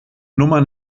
nummer